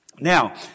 Now